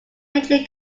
major